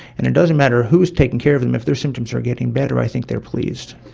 and it doesn't matter who is taking care of them, if their symptoms are getting better i think they are pleased.